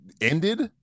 ended